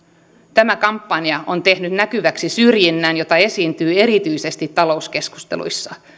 tämä kampanja on tehnyt näkyväksi syrjinnän joka esiintyy erityisesti talouskeskusteluissa